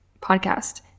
podcast